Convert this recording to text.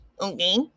okay